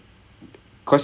uh அதான் அதான்:athaan athaan